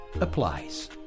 applies